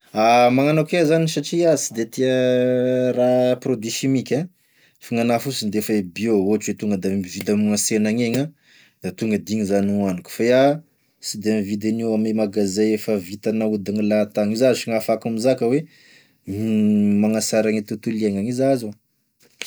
Magnano akoa iao zany satria ià sy de tia raha produit simika ah, fa gn'anahy fosiny defa e bio ohatry oe tonga da mividy amign'asena agn'egny a da tonga da igny zany gn'ohaniko fa ià sy de mividy an'io ame magazay efa vita nahodigny lahatagny, izà sa gn'afahako mizaka oe magnasara gne tontolo iaignany izà zao.